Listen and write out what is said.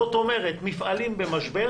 זאת אומרת, מפעלים במשבר